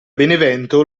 benevento